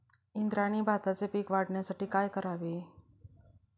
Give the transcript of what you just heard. इंद्रायणी भाताचे पीक वाढण्यासाठी काय करावे?